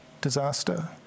disaster